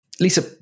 Lisa